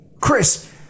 Chris